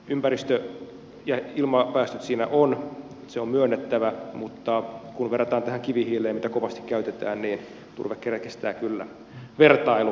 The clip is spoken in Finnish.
ympäristö ja ilmapäästöjä siinä on se on myönnettävä mutta kun verrataan kivihiileen mitä kovasti käytetään niin turve kestää kyllä vertailun